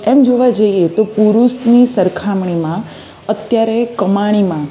એમ જોવા જઈએ તો પુરુષની સરખામણીમાં અત્યારે કમાણીમાં